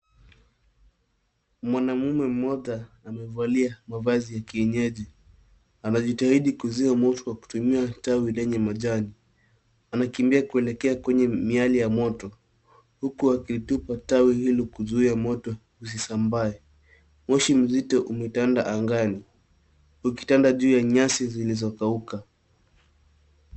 Mwanamume mmoja amevalia mavazi ya kienyeji. Anajitahidi kuzima moto kwa kutumia tawi lenye majani. Anakimbia kuelekea kwenye miali ya moto huku akilitupa tawi hilo kuzuia moto usisambae. Moshi mzito umetanda angani, ukitanda juu ya nyasi zilizokauka.